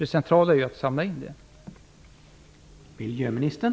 Det centrala är ju att burkarna samlas in.